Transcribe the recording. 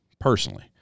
personally